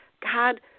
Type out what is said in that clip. God